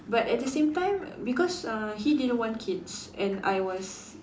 but at the same time because uh he didn't want kids and I was